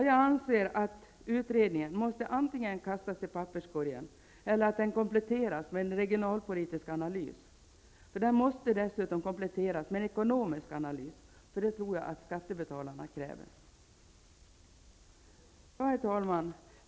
Jag anser att utredningen måste antingen kastas i papperskorgen eller kompletteras med en regionalpolitisk analys. Den måste dessutom kompletteras med en ekonomisk analys -- det tror jag att skattebetalarna kräver. Herr talman!